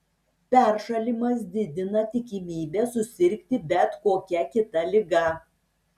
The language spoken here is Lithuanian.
peršalimas didina tikimybę susirgti bet kokia kita liga